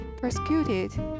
persecuted